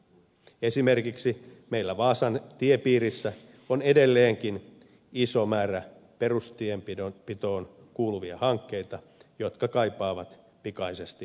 esimerkiksi meillä vaasan tiepiirissä on edelleenkin iso määrä perustienpitoon kuuluvia hankkeita jotka kaipaavat pikaisesti